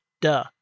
Duh